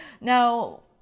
Now